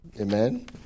Amen